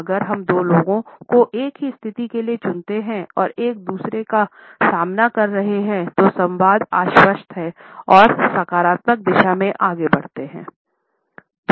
अगर हम दो लोगों को एक ही स्थिति के लिए चुनते हैं और एक दूसरे का सामना कर रहे हैं तो संवाद आश्वस्त है और सकारात्मक दिशा में आगे बढ़ते है